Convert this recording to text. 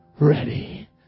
ready